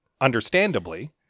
understandably